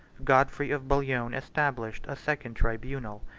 godfrey of bouillon established a second tribunal,